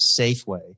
safeway